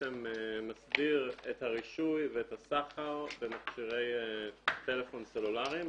הצו שמסדיר את הרישוי ואת הסחר במכשירי טלפון סלולריים,